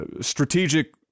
strategic